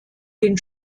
den